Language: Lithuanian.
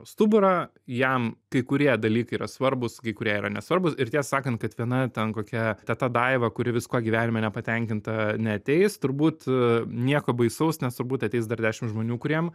stuburą jam kai kurie dalykai yra svarbūs kai kurie yra nesvarbūs ir tiesą sakant kad viena ten kokia teta daiva kuri viskuo gyvenime nepatenkinta neateis turbūt nieko baisaus nes turbūt ateis dar dešim žmonių kuriem